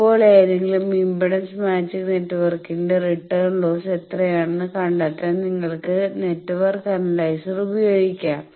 ഇപ്പോൾ ഏതെങ്കിലും impedance matching നെറ്റ്വർക്കിന്റെ റിട്ടേൺ ലോസ് എത്രയാണെന്ന് കണ്ടെത്താൻ നിങ്ങൾക്ക് നെറ്റ്വർക്ക് അനലൈസർ ഉപയോഗിക്കാം